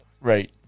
Right